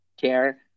care